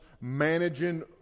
managing